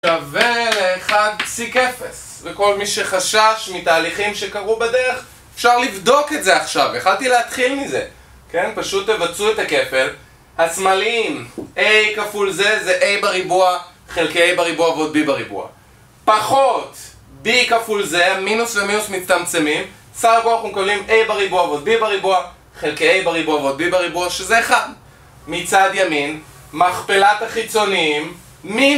שווה ל-1 פסיק 0 וכל מי שחשש מתהליכים שקרו בדרך אפשר לבדוק את זה עכשיו החלטתי להתחיל מזה. כן? פשוט תבצעו את הכפל השמאליים a כפול z זה a בריבוע חלקי a בריבוע ועוד b בריבוע פחות b כפול z מינוס ומינוס מצטמצמים סך הכל אנחנו מקבלים a בריבוע ועוד b בריבוע חלקי a בריבוע ועוד b בריבוע שזה 1 מצד ימין מכפלת החיצוניים מינוס...